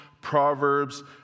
Proverbs